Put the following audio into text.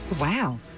Wow